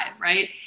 Right